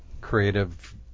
creative